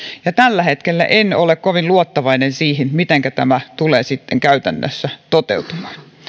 ja tällä hetkellä en ole kovin luottavainen mitenkä tämä tulee sitten käytännössä toteutumaan